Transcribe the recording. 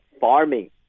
farming